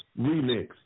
Remix